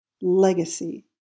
legacy